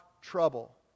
trouble